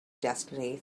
destiny